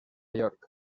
york